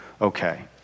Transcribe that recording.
okay